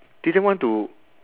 didn't want to